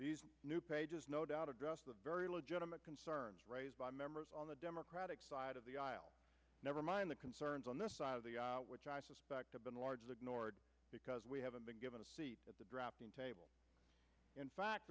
june new pages no doubt address the very legitimate concerns raised by members on the democratic side of the aisle never mind the concerns on the side of the which i suspect have been largely ignored because we haven't been given a seat at the drafting table in fact